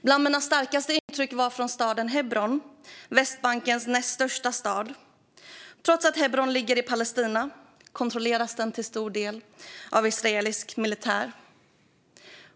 Ett av mina starkaste intryck var från Hebron, Västbankens näst största stad. Trots att Hebron ligger i Palestina kontrolleras staden till stor del av israelisk militär.